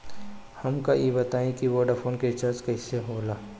हमका ई बताई कि वोडाफोन के रिचार्ज कईसे होला?